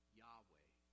yahweh